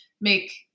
make